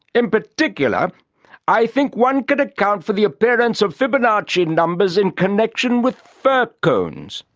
in particular i think one can account for the appearance of fibonacci numbers in connection with fir-cones.